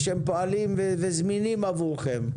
שהם פועלים וזמינים עבורכם.